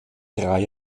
drei